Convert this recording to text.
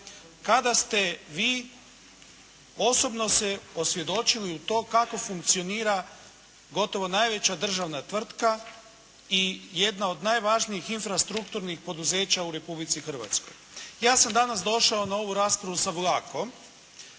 Kada ste vi osobno se osvjedočili u to kako funkcionira gotovo najveća državna tvrtka i jedna od najvažnijih infrastrukturnih poduzeća u Republici Hrvatskoj. Ja sam danas došao na ovu raspravu sa vlakom.